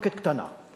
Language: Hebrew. מחלוקת קטנה,